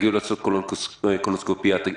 קולונסקופיה.